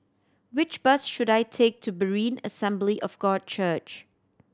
which bus should I take to Berean Assembly of God Church